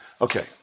Okay